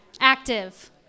Active